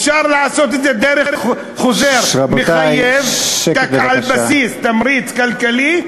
אפשר לעשות את זה דרך חוזר מחייב על בסיס תמריץ כלכלי,